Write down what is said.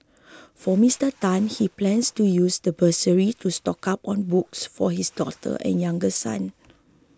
for Mister Tan he plans to use the bursary to stock up on books for his daughter and younger son